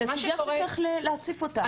זאת סוגיה שצריך להציף אותה.